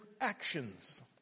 actions